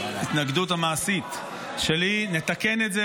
ההתנגדות המעשית שלי, לתקן את זה.